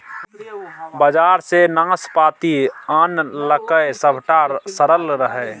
बजार सँ नाशपाती आनलकै सभटा सरल रहय